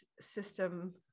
system